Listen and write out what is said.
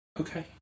Okay